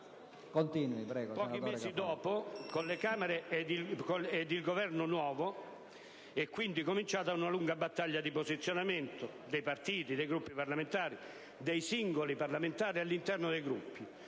Pochi mesi dopo, con le Camere ed il Governo nuovo, è iniziata una lunga battaglia di posizionamento dei partiti, dei Gruppi parlamentari, dei singoli parlamentari all'interno dei Gruppi.